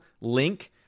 link